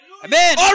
Amen